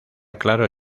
claro